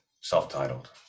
self-titled